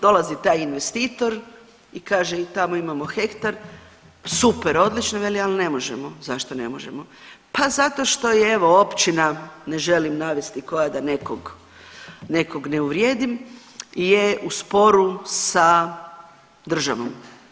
Dolazi taj investitor i kaže i tamo imamo hektar, super, odlično veli, al ne možemo, zašto ne možemo, pa zato što je evo općina, ne želim navesti koja da nekog, nekog ne uvrijedim, je u sporu sa državom.